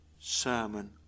sermon